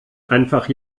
einfach